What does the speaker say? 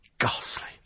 ghastly